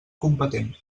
competent